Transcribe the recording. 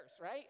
right